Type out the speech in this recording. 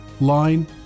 line